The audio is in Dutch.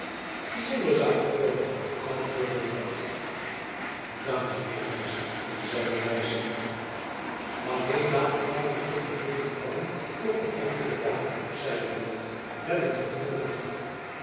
zonder zaêl of toom antwoordde buat dankje ritmeester zeide nyssen alleen laat ik vyf en twintig gulden vallen voor kontante betaling zeide buat met een gedwongen lach